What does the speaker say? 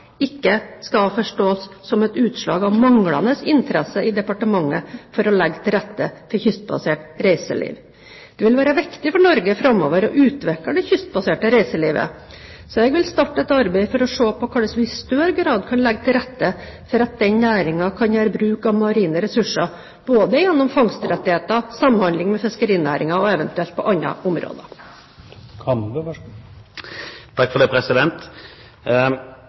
ikke skal forstås som et utslag av manglende interesse i departementet for å legge til rette for kystbasert reiseliv. Det vil være viktig for Norge framover å utvikle det kystbaserte reiselivet. Jeg vil starte et arbeid for å se på hvordan vi i større grad kan legge til rette for at denne næringen kan gjøre bruk av marine ressurser både gjennom fangstrettigheter, samhandling med fiskerinæringen og eventuelt på andre områder. Jeg er ikke helt fornøyd med svaret, for